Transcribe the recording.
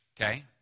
Okay